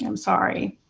yeah i'm sorry.